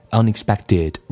unexpected